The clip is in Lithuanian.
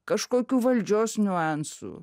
kažkokių valdžios niuansų